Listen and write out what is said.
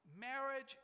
Marriage